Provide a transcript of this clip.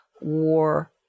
war